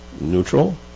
neutral